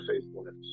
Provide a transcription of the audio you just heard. faithfulness